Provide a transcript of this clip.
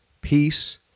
peace